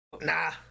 Nah